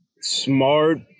Smart